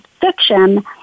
fiction